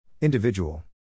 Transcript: Individual